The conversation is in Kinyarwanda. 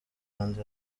kandi